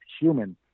human